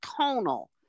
tonal